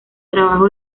trabajo